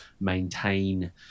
maintain